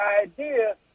idea